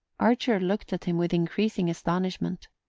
archer looked at him with increasing astonishment.